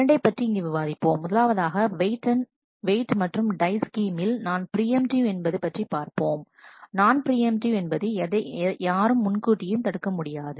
இரண்டைப் பற்றி இங்கு விவாதிப்போம் முதலாவதாக வெயிட் மற்றும் டை ஸ்கீமில் நான் பிரியம்டிவ் என்பது பற்றி பார்ப்போம் நான் பிரியம்டிவ் என்பது எதையும் யாரும் முன்கூட்டியே தடுக்க முடியாது